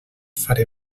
faré